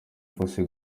fossey